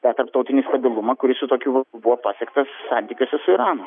tą tarptautinį stabilumą kuris su tokių buvo pasiektas santykis su su iranu